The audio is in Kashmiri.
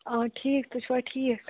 اَوا ٹھیٖک تُہۍ چھُوا ٹھیٖک